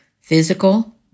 physical